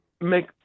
make